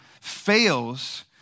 fails